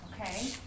Okay